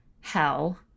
hell